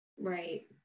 Right